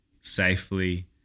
safely